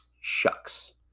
Shucks